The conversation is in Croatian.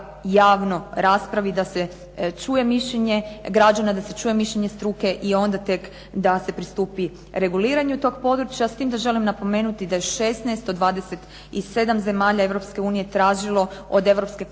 da se čuje mišljenje građana, da se čuje mišljenje struke, i onda tek da se pristupi reguliranju tog područja. S tim da želim napomenuti da je 16 od 27 zemalja Europske unije